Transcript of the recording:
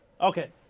Okay